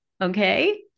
Okay